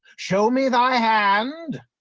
show me thy hand